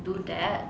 do that